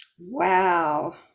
Wow